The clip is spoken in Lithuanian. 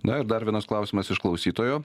na ir dar vienas klausimas iš klausytojo